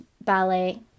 ballet